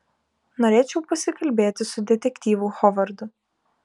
norėčiau pasikalbėti su detektyvu hovardu